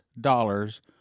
dollars